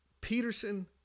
Peterson